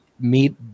meet